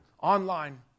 online